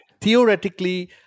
theoretically